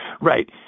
Right